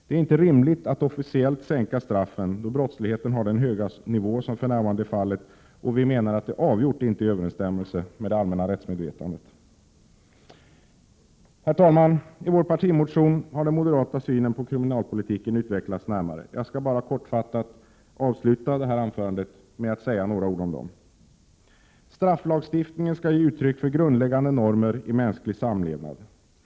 Det är inte rimligt att officiellt sänka straffen, då brottsligheten har den höga nivå som för närvarande är fallet, och vi menar att det avgjort inte är i överensstämmelse med det allmänna rättsmedvetandet. Herr talman! I vår partimotion har den moderata synen på kriminalpolitiken utvecklats närmare. Jag skall bara kortfattat avsluta detta anförande med att säga några ord om den. Strafflagstiftningen skall ge uttryck för grundläggande normer i mänsklig samlevnad.